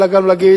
אלא גם להגיד: